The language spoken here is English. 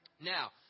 Now